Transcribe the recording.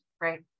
right